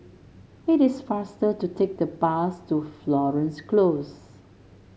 it is faster to take the bus to Florence Close